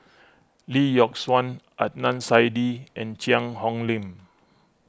Lee Yock Suan Adnan Saidi and Cheang Hong Lim